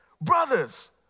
brothers